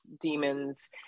demons